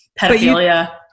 pedophilia